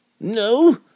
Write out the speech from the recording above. No